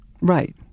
Right